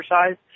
exercise